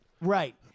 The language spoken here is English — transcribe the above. Right